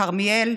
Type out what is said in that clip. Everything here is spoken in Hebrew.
כרמיאל,